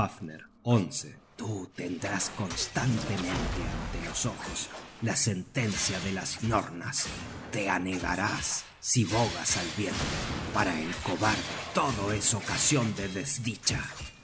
fafner tú tendrás constantemente ante los ojos la sentencia de lasnornas te anegarás si bogas al viento para el cobarde todo es ocasion de desdicha